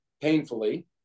painfully